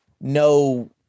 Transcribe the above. no